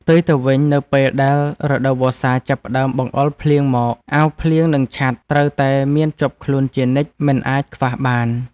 ផ្ទុយទៅវិញនៅពេលដែលរដូវវស្សាចាប់ផ្តើមបង្អុរភ្លៀងមកអាវភ្លៀងនិងឆ័ត្រត្រូវតែមានជាប់ខ្លួនជានិច្ចមិនអាចខ្វះបាន។